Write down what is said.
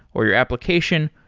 or your application,